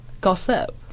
Gossip